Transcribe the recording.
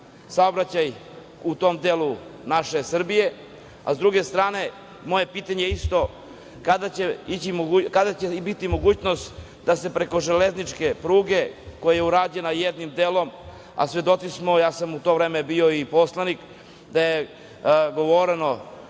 saobraćaj u tom delu naše Srbije. Sa druge strane, moje pitanje isto – kada će biti mogućnost da se preko železničke pruge koja je urađena jednim delom, a svedoci smo i ja sam u to vreme bio i poslanik da je govoreno,